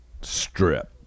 strip